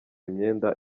imyenda